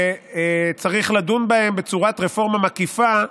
וצריך לדון בהן בצורת רפורמה מקיפה.